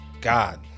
God